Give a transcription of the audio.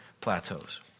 plateaus